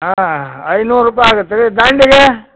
ಹಾಂ ಐನೂರು ರೂಪಾಯಿ ಆಗತ್ತೆ ರೀ ದಂಡಿಗೆ